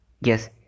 yes